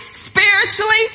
Spiritually